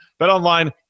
BetOnline